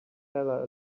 teller